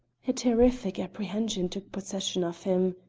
a terrific apprehension took possession of him.